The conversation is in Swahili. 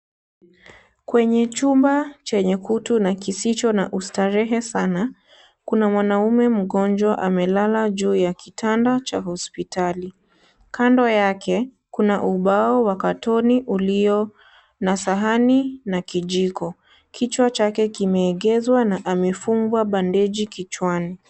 Kwenye chumba cha kutu na kisicho na ustarehe kuna mwanamme mgonjwa amelala juu ya kitanda cha hospitali, kando yao kuna ubao wa karibu ulio na sahani na kijiko, kichwa chake kimeegezwa na amefungwa bandeji kichwani.